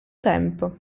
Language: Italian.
tempo